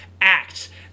act